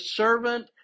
servant